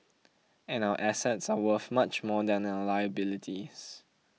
and our assets are worth much more than our liabilities